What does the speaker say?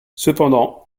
cependant